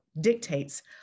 dictates